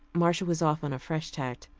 marcia was off on a fresh tack,